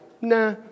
nah